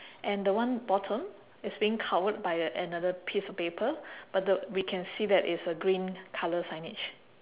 and the one bottom is being covered by a another piece of paper but the we can see that it's a green colour signage